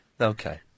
Okay